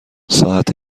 ساعت